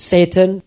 Satan